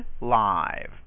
live